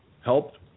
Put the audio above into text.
Helped